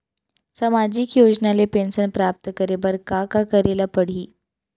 सामाजिक योजना ले पेंशन प्राप्त करे बर का का करे ल पड़ही?